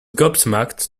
gobsmacked